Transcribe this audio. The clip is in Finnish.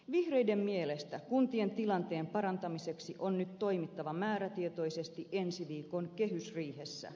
vihreiden mielestä kuntien tilanteen parantamiseksi on nyt toimittava määrätietoisesti ensi viikon kehysriihessä